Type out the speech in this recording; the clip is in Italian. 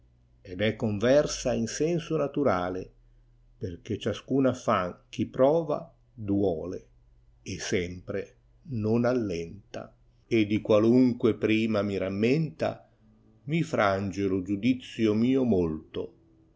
ed è conversa in senso natarale perchè ciascun affan chi prova doole e sempre non allenta e di qualunque prima mi rammenta mi frange lo giudizio mio molto